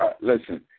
Listen